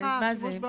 הארכה, שימוש באופציה.